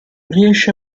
riesce